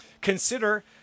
consider